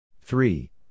Three